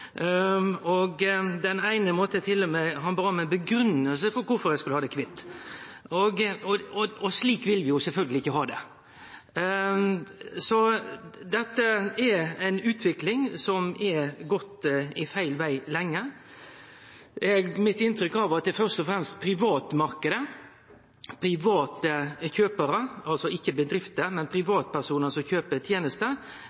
kvitt. Den eine bad meg tilmed om grunngjeving for kvifor eg skulle ha det kvitt. Slik vil vi jo sjølvsagt ikkje ha det. Dette er ei utvikling som har gått feil veg lenge. Mitt inntrykk er at det først og fremst er i privatmarknaden – altså ikkje bedrifter, men